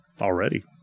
already